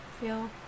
feel